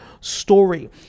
story